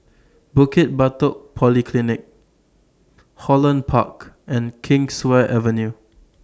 Bukit Batok Polyclinic Holland Park and Kingswear Avenue